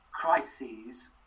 crises